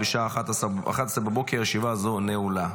בשעה 11:00. ישיבה זו נעולה.